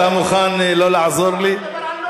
אתה מוכן לא לעזור לי?